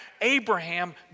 Abraham